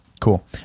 Cool